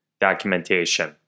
documentation